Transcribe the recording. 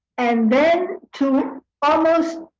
and then to almost